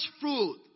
fruit